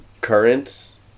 Currents